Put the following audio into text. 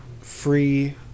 Free